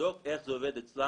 לבדוק איך זה עובד אצלם,